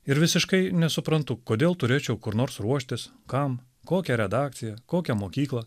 ir visiškai nesuprantu kodėl turėčiau kur nors ruoštis kam kokią redakciją kokią mokyklą